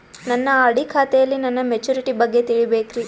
ನನ್ನ ಆರ್.ಡಿ ಖಾತೆಯಲ್ಲಿ ನನ್ನ ಮೆಚುರಿಟಿ ಬಗ್ಗೆ ತಿಳಿಬೇಕ್ರಿ